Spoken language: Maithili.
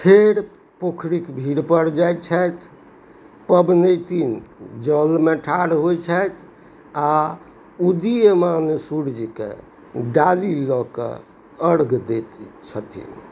फेर पोखरिके भिड़पर जाइ छथि पबनैतिन जलमे ठाढ़ होइ छथि आओर उदीयमान सूर्यके डाली लऽ कऽ अर्घ दैत छथिन